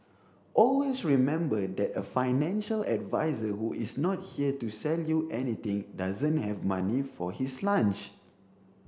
always remember that a financial advisor who is not here to sell you anything doesn't have money for his lunch